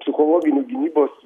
psichologinių gynybos